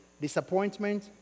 disappointment